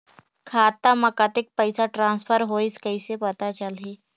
खाता म कतेक पइसा ट्रांसफर होईस कइसे पता चलही?